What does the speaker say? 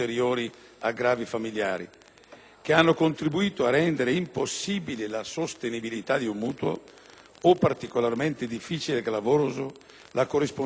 che hanno contribuito a rendere impossibile la sostenibilità di un mutuo o particolarmente difficile e gravosa la corresponsione di un canone di locazione.